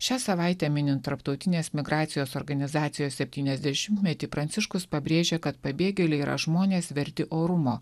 šią savaitę minint tarptautinės migracijos organizacijos septyniasdešimtmetį pranciškus pabrėžė kad pabėgėliai yra žmonės verti orumo